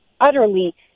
utterly